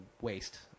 waste